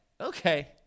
Okay